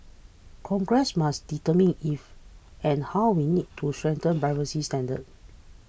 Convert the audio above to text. congress must determine if and how we need to strengthen privacy standards